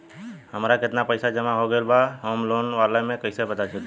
हमार केतना पईसा जमा हो गएल बा होम लोन वाला मे कइसे पता चली?